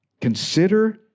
Consider